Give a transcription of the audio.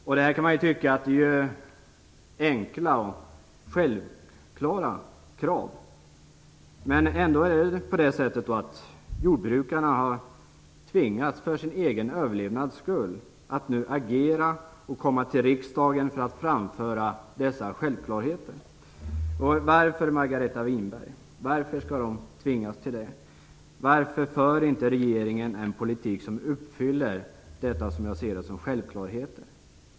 Man kan tycka att detta är enkla och självklara krav, men jordbrukarna har ändå för sin egen överlevnads skull nu tvingats att agera och komma till riksdagen för att framföra dessa självklarheter. Varför, Margareta Winberg, skall de tvingas till det? Varför för regeringen inte en politik som uppfyller dessa, som jag ser det, självklara krav?